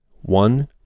one